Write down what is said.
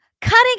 cutting